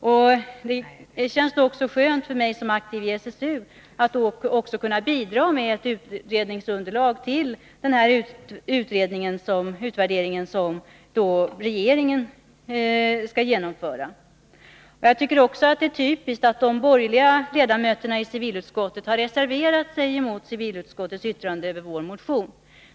Det känns också skönt för mig som aktiv i SSU att kunna bidra med ett utredningsunderlag till denna översyn som regeringen skall genomföra. Det är typiskt att de borgerliga ledamöterna i civilutskottet har reserverat sig mot civilutskottets yttrande över vår motion.